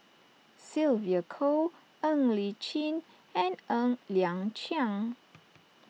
Sylvia Kho Ng Li Chin and Ng Liang Chiang